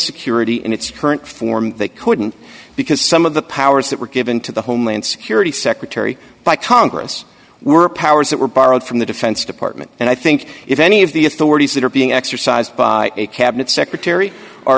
security in its current form they couldn't because some of the powers that were given to the homeland security secretary by congress were powers that were borrowed from the defense department and i think if any of the authorities that are being exercised by a cabinet secretary